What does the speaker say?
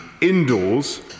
indoors